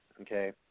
Okay